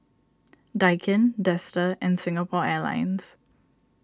Daikin Dester and Singapore Airlines